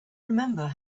remember